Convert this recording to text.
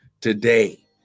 today